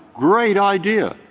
great idea.